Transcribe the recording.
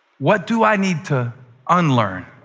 what do i need to unlearn?